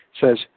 says